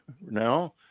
now